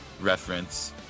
reference